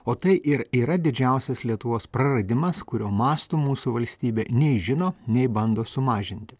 o tai ir yra didžiausias lietuvos praradimas kurio masto mūsų valstybė nei žino nei bando sumažinti